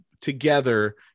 together